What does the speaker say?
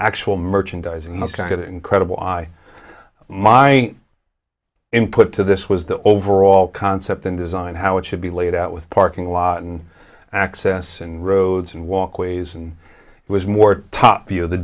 actual merchandising must get incredible i my input to this was the overall concept and design how it should be laid out with parking lot and access and roads and walkways and was more top view of the